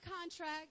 contract